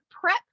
prep